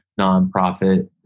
nonprofit